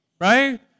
right